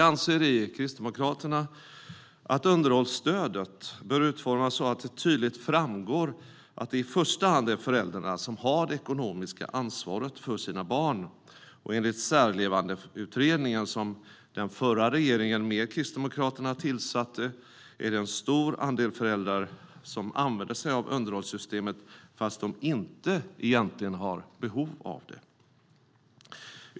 Vi kristdemokrater anser att underhållsstödet bör utformas så att det tydligt framgår att det i första hand är föräldrarna som har det ekonomiska ansvaret för sina barn. Enligt Särlevandeutredningen, som den förra regeringen med Kristdemokraterna tillsatte, är det en stor andel föräldrar som använder sig av underhållssystemet fast de egentligen inte har behov av det.